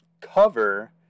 Cover